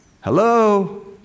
hello